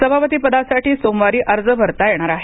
सभापती पदासाठी सोमवारी अर्ज भरता येणार आहेत